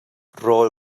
rawl